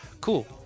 Cool